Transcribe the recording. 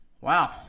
Wow